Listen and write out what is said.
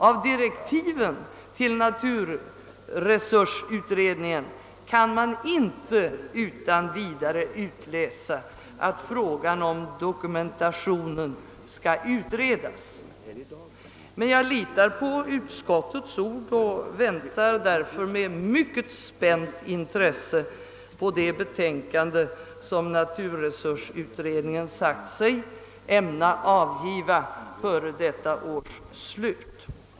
Av direktiven till naturresursutredningen kan man inte utan vidare utläsa att frågan om dokumentationen skall utredas. Men jag litar på utskottets ord och väntar därför med mycket spänt intresse på det betänkande som naturresursutredningen sagt sig ämna avgiva före detta års slut.